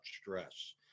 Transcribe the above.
stress